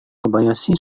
kobayashi